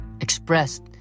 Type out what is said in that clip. expressed